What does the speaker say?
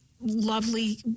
lovely